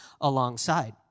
alongside